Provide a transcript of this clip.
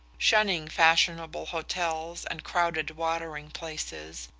shunning fashionable hotels and crowded watering-places,